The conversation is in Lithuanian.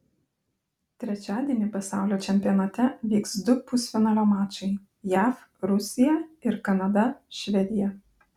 trečiadienį pasaulio čempionate vyks du pusfinalio mačai jav rusija ir kanada švedija